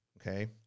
Okay